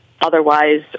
otherwise